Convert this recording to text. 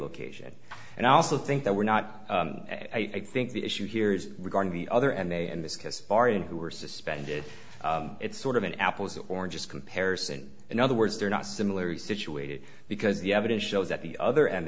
vocation and i also think that we're not i think the issue here is regarding the other and they in this case barton who were suspended it's sort of an apples oranges comparison in other words they're not similarly situated because the evidence shows that the other and